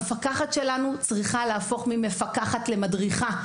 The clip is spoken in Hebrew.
המפקחת שלנו צריכה להפוך ממפקחת למדריכה,